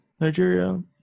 nigeria